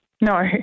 no